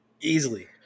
Easily